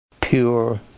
pure